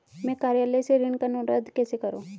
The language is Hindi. मैं कार्यालय से ऋण का अनुरोध कैसे करूँ?